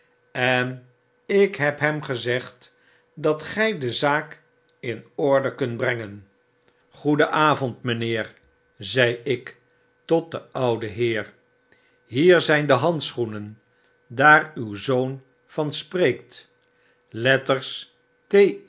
en ik heb hem gezegddat go de zaak in orde kunt brengen goeden avond mynheer zei ik tot den ouden heer hier zgn de handschoenen daar uw zoon van spreekt letters